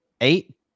eight